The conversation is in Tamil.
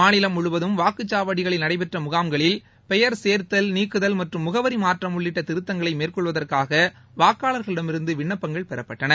மாநிலம் முழுவதும் வாக்குச்சாவடிகளில் நடைபெற்ற முகாம்களில் பெயர் சேர்த்தல் நீக்குதல் மற்றும் முகவரி மாற்றம் உள்ளிட்ட திருத்தங்களை மேற்கொள்வதற்காக வாக்காளர்களிடமிருந்து விண்ணப்பங்கள் பெறப்பட்டன